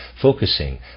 focusing